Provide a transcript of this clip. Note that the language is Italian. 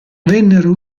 vennero